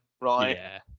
right